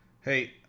hey